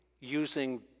using